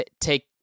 take